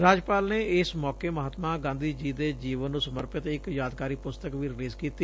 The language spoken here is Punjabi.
ਰਾਜਪਾਲ ਨੇ ਇਸ ਮੌਕੇ ਮਹਾਤਮਾ ਗਾਂਧੀ ਜੀ ਦੇ ਜੀਵਨ ਸਮਰਪਿਤ ਇਕ ਯਾਦਗਾਰੀ ਪੁਸਤਕ ਵੀ ਰਿਲੀਜ ਕੀਤੀ